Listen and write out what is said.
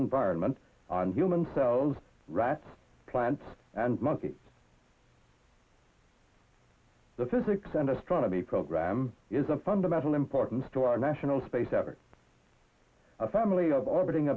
environment on human cells rats plants and monkeys the physics and astronomy program is a fundamental importance to our national space after a family of orbiting